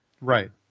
Right